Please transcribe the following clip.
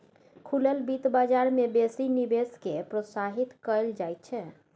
खुलल बित्त बजार मे बेसी निवेश केँ प्रोत्साहित कयल जाइत छै